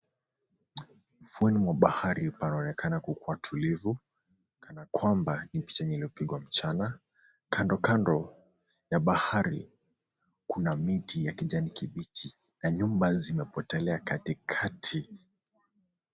Ufuoni mwa bahari panaonekana kukuwa tulivu kanakwamba ni picha iliopigwa mchana. Kandokando ya bahari kuna miti ya kijani kibichi na nyumba zimepotelea katikati.